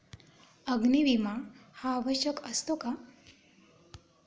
अग्नी विमा हा आवश्यक असतो का?